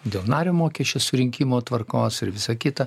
dėl nario mokesčio surinkimo tvarkos ir visa kita